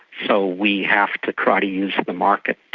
so we have to try to use the market to